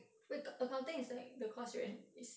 wait accounting is that the course you are in is